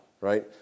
Right